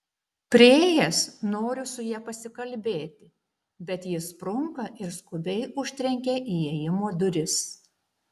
priėjęs noriu su ja pasikalbėti bet ji sprunka ir skubiai užtrenkia įėjimo duris